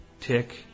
tick